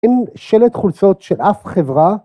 ‫אין שלט חולצות של אף חברה.